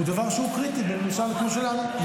הוא דבר שהוא קריטי בממשל כמו שלנו.